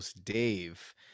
Dave